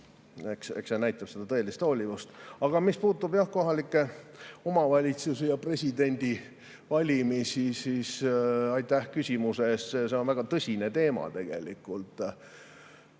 antakse, näitab seda tõelist hoolivust. Mis puudutab kohalikke omavalitsusi ja presidendivalimisi, siis aitäh küsimuse eest! See on väga tõsine teema tegelikult.